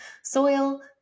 soil